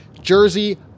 Jersey